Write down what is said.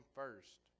first